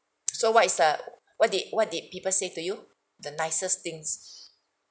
so what is uh what did what did people say to you the nicest things